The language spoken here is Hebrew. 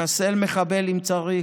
לחסל מחבל אם צריך,